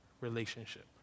relationship